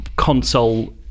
Console